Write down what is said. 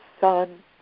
son